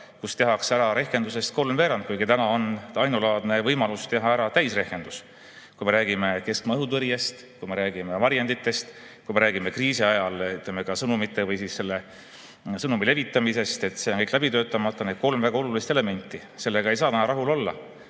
kus tehakse ära rehkendusest kolmveerand, kuigi täna on ainulaadne võimalus teha ära täisrehkendus. Kui me räägime keskmaa õhutõrjest, kui me räägime varjenditest, kui me räägime ka kriisi ajal, ütleme, sõnumite levitamisest – see on kõik läbi töötamata. Need on kolm väga olulist elementi, sellega ei saa täna rahul olla.